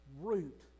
root